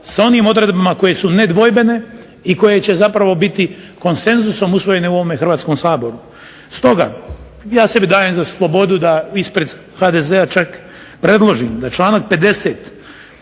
sa onim odredbama koje su nedvojbene i koje će zapravo biti konsenzusom usvojene u ovom Hrvatskom saboru. Stoga ja sebi dajem na slobodu da ispred HDZ-a čak predložim da članak 50.